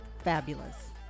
fabulous